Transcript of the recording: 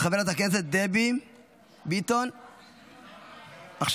חברת הכנסת דבי ביטון, בבקשה.